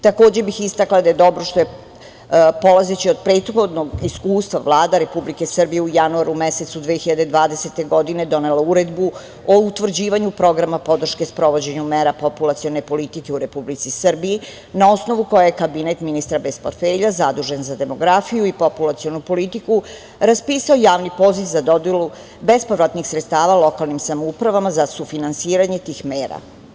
Takođe bih istakla da je dobro što je, polazeći od prethodnog iskustva, Vlada Republike Srbije u januaru mesecu 2020. godine donela Uredbu o utvrđivanju programa podrške sprovođenja mera populacione politike u Republici Srbiji na osnovu koje je kabinet ministra bez portfelja zadužen za demografiju i populacionu politiku, raspisao javni poziv za dodelu bespovratnih sredstava lokalnim samoupravama za sufinansiranje tih mera.